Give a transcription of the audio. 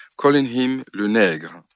calling him le negre.